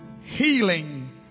healing